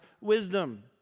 wisdom